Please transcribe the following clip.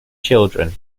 children